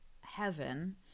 heaven